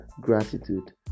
gratitude